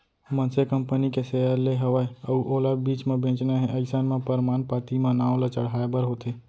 मनसे कंपनी के सेयर ले हवय अउ ओला बीच म बेंचना हे अइसन म परमान पाती म नांव ल चढ़हाय बर होथे